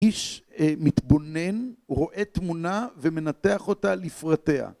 איש מתבונן, רואה תמונה, ומנתח אותה לפרטיה.